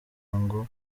ngo